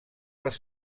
les